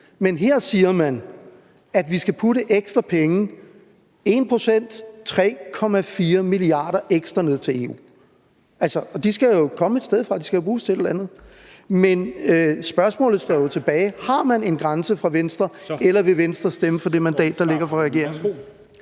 Men her siger man, at vi skal putte ekstra penge – 1 pct., altså 3,4 mia. kr. ekstra – ned til EU. Og de skal jo komme et sted fra. De skal jo bruges til et eller andet. Men spørgsmålet står jo tilbage: Har man en grænse i Venstre, eller vil Venstre stemme for det mandat, der ligger fra regeringen?